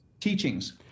teachings